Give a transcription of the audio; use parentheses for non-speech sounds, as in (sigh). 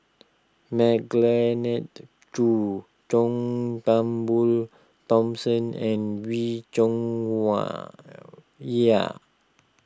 (unintelligible) Khoo John Turnbull Thomson and Wee Cho Wa Yaw